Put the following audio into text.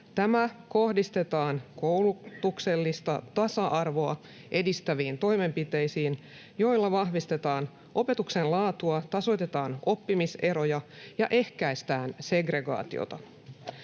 Tämä kohdistetaan koulutuksellista tasa-arvoa edistäviin toimenpiteisiin, joilla vahvistetaan opetuksen laatua, tasoitetaan oppimiseroja ja ehkäistään segregaatiota.